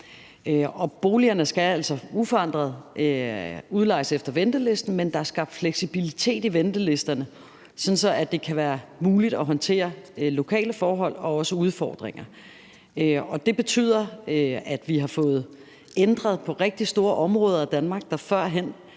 Boligerne skal altså uforandret udlejes efter ventelisten, men der er skabt fleksibilitet i ventelisterne, sådan at det kan være muligt at håndtere lokale forhold og også udfordringer. Det betyder, at vi har fået ændret på rigtig store områder af Danmark, der førhen